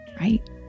right